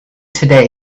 today